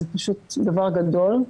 זה פשוט דבר גדול.